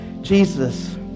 Jesus